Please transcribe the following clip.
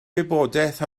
wybodaeth